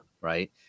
right